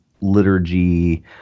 liturgy